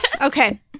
Okay